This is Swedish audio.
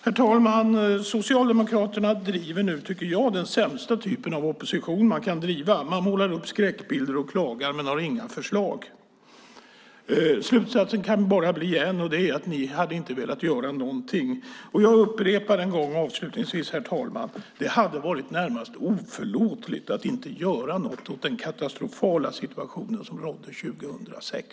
Herr talman! Socialdemokraterna driver nu, tycker jag, den sämsta typen av opposition som man kan driva. Man målar upp skräckbilder och klagar men har inga förslag. Slutsatsen kan bara bli en, och det är att ni inte hade velat göra någonting. Herr talman! Jag upprepar avslutningsvis: Det hade varit närmast oförlåtligt att inte göra något åt den katastrofala situationen som rådde 2006.